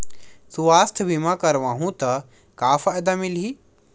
सुवास्थ बीमा करवाहू त का फ़ायदा मिलही?